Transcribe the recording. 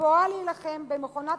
בבואה להילחם במכונת